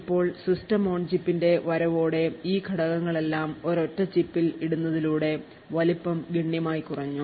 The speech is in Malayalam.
ഇപ്പോൾ സിസ്റ്റം ഓൺ ചിപ്പ്ന്റെ വരവോടെ ഈ ഘടകങ്ങളെല്ലാം ഒരൊറ്റ ചിപ്പിൽ ഇടുന്നതിലൂടെ വലുപ്പം ഗണ്യമായി കുറഞ്ഞു